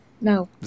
No